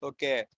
Okay